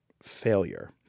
failure